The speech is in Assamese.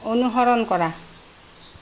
অনুসৰণ কৰা